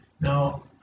Now